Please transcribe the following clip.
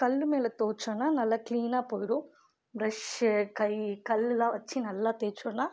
கல் மேலே துவைச்சோன்னா நல்லா கிளீனாக போயிடும் ப்ரஷ்சு கை கல்லுல்லாம் வச்சு நல்லா தேய்ச்சோன்னால்